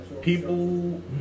people